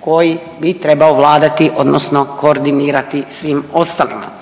koji bi trebao vladati odnosno koordinirati svim ostalima.